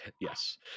Yes